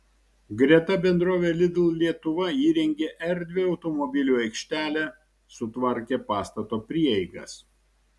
greta bendrovė lidl lietuva įrengė erdvią automobilių aikštelę sutvarkė pastato prieigas